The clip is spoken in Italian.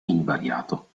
invariato